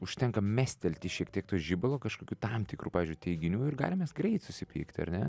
užtenka mestelti šiek tiek to žibalo kažkokiu tam tikru pavyzdžiui teiginiu ir galim mes greit susipykti ar ne